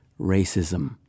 racism